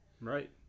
Right